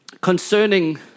concerning